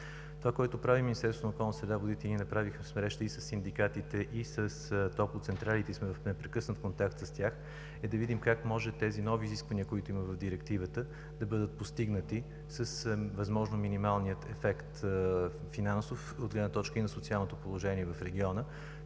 Това, което прави Министерството на околната среда и водите и ние направихме среща и със синдикатите, и с топлоцентралите и сме в непрекъснат контакт с тях, е да видим как може тези нови изисквания, които има в директивата, да бъдат постигнати с възможно минималния финансов ефект от гледна точка и на социалното положение в региона.